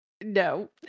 No